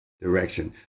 direction